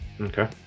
Okay